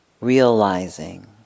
realizing